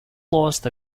lost